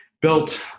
built